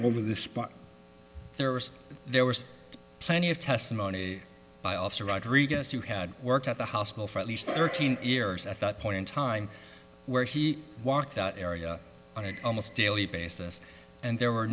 spot there was there was plenty of testimony by officer rodriguez who had worked at the hospital for at least thirteen years at that point in time where he walked out area on an almost daily basis and there were